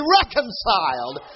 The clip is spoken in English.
reconciled